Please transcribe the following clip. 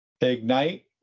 Ignite